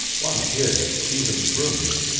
one appeared at stevens' rooms,